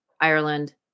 Ireland